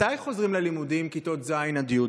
מתי חוזרים ללימודים בכיתות ז' י'?